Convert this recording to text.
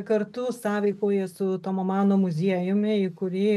kartu sąveikauja su tomo mano muziejumi į kurį